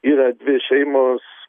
yra dvi šeimos